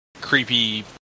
creepy